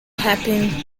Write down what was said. happen